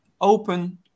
open